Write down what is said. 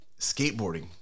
skateboarding